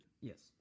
Yes